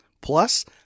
Plus